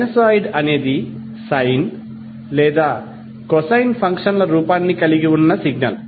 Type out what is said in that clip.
sinusoid అనేది sine లేదా cosine ఫంక్షన్ల రూపాన్ని కలిగి ఉన్న సిగ్నల్